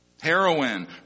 Heroin